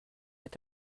est